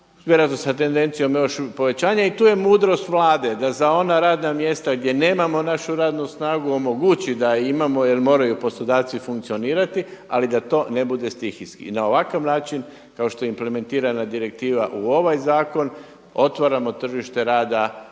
vjerojatno sa tendencijom još povećanja i tu je mudrost Vlade, da za ona radna mjesta gdje nemamo našu radnu snagu omogući da ju imamo jel moraju poslodavci funkcionirati ali da to ne bude stihijski. I na ovakav način kao što je implementirana direktiva u ovaj zakon, otvaramo tržište rada